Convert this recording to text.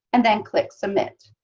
and then click submit.